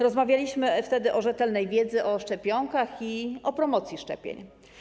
Rozmawialiśmy wtedy o rzetelnej wiedzy, o szczepionkach i o promocji szczepień.